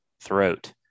throat